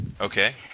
Okay